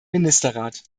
ministerrat